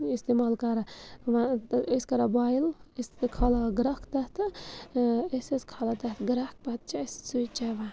استعمال کَران تہٕ أسۍ کَران بویِل أسۍ کھالان گَرٛکھ تَتھٕ أسۍ حظ کھالان تَتھ گَرٛکھ پَتہٕ چھِ أسۍ سُے چٮ۪وان